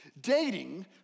Dating